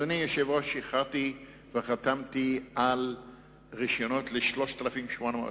שחררתי וחתמתי על רשיונות ל-3,800 מגוואט.